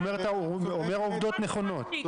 הוא אומר עובדות נכונות.